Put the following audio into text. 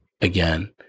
again